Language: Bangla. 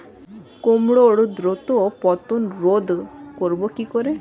কুমড়োর দ্রুত পতন রোধ করব কি করে?